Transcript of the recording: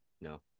no